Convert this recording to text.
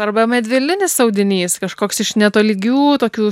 arba medvilninis audinys kažkoks iš netolygių tokių